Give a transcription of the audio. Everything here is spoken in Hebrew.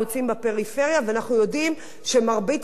ואנחנו יודעים שמרבית התחלואה היא שם.